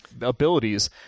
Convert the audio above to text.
abilities